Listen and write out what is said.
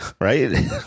right